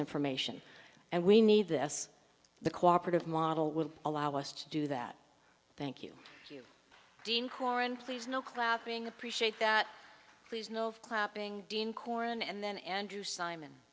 information and we need this the cooperative model will allow us to do that thank you dean coren please no clapping appreciate that please no clapping dean coren and then andrew simon